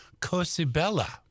Cosibella